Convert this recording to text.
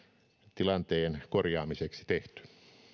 tilanteen korjaamiseksi tehty